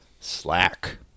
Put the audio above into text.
slack